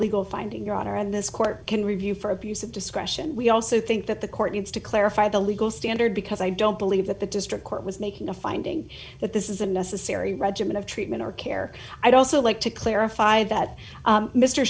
legal finding your honor and this court can review for abuse of discretion we also think that the court needs to clarify the legal standard because i don't believe that the district court was making a finding that this is a necessary regimen of treatment our care i'd also like to clarify that